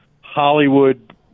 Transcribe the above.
Hollywood